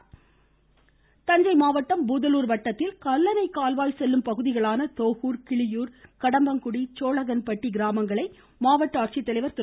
கல்லணை கால்வாய் ஆய்வு தஞ்சாவூர் மாவட்டம் பூதலூர் வட்டத்தில் கல்லணை கால்வாய் செல்லும் பகுதிகளான தோகூர் கிளியூர் கடம்பங்குடி சோளகன்பட்டி கிராமங்களை மாவட்ட ஆட்சித்தலைவர் திரு